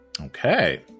Okay